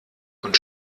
und